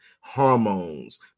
hormones